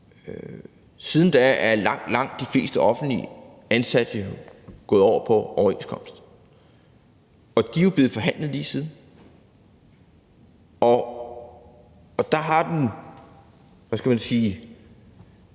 Siden da er langt, langt de fleste offentligt ansatte jo gået over på overenskomst. Og de er blevet forhandlet lige siden. Der har man, hvad skal man sige,